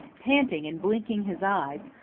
panting and blinking his eyes,